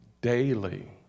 daily